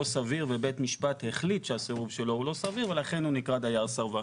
סביר ובית משפט החליט שהסירוב שלו לא סביר ולכן הוא נקרא דייר סרבן.